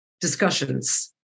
discussions